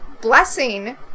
blessing